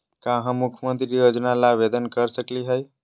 का हम मुख्यमंत्री योजना ला आवेदन कर सकली हई?